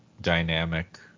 dynamic